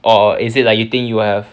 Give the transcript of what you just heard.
or is it like you think you have